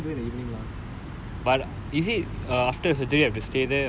I she didn't say can do in the morning lah usually do in the evening lah